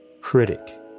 critic